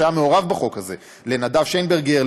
שהיה מעורב בחוק הזה: לנדב שיינברגר,